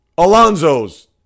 Alonzo's